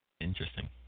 Interesting